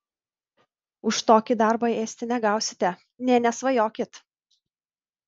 už tokį darbą ėsti negausite nė nesvajokit